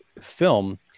film